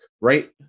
right